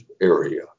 area